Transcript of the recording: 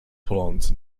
plant